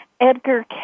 Edgar